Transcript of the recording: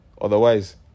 Otherwise